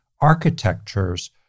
architectures